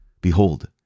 Behold